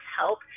help